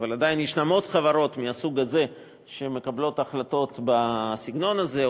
אבל עדיין ישנן עוד חברות מהסוג הזה שמקבלות החלטות בסגנון הזה,